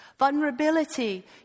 Vulnerability